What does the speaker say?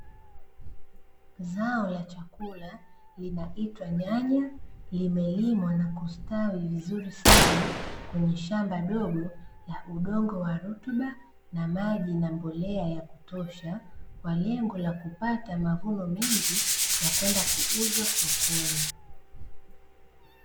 Zao la chakula linaitwa nyanya, limelimwa na kustawi vizuri sana, kwenye shamba ndogo la udongo wa rutuba, na maji na mbolea ya kutosha, kwa lengo la kupata mavuno mengi ya kwenda kuuzwa sokoni.